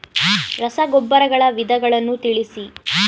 ರಸಗೊಬ್ಬರಗಳ ವಿಧಗಳನ್ನು ತಿಳಿಸಿ?